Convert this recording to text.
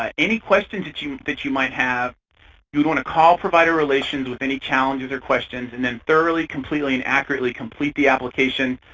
um any questions that you that you might have you would want to call provider relations with any challenges or questions and then thoroughly, completely, and accurately complete the application,